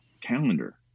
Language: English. calendar